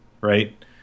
right